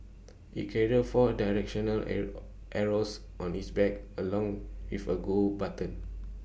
IT carrier four directional arrows on its back along with A go button